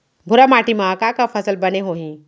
भूरा माटी मा का का फसल बने होही?